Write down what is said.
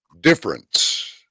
Difference